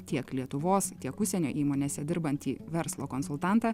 tiek lietuvos tiek užsienio įmonėse dirbantį verslo konsultantą